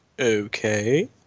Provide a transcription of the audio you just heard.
Okay